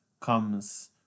comes